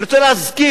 אני רוצה להזכיר,